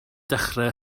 dechrau